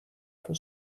for